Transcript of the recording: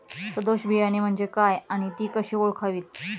सदोष बियाणे म्हणजे काय आणि ती कशी ओळखावीत?